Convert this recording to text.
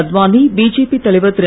Advani BJP தலைவர் திரு